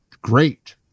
great